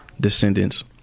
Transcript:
descendants